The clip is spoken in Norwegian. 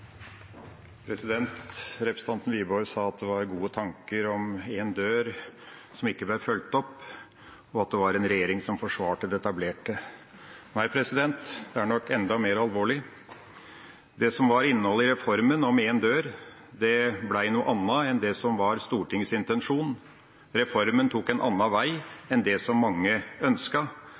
Representanten Wiborg sa at det var gode tanker om «en dør inn» som ikke ble fulgt opp, og at det var en regjering som forsvarte det etablerte. Nei, det er nok enda mer alvorlig. Det som var innholdet i reformen om «en dør inn», ble noe annet enn det som var Stortingets intensjon. Reformen tok en annen vei enn det som mange